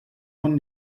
von